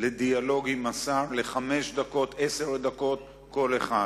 לדיאלוג עם השר לחמש דקות או עשר דקות כל אחד.